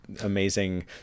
amazing